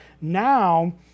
Now